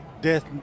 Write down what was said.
death